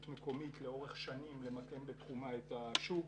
מקומית לאורך שנים למקם בתחומה את השוק.